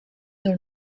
dans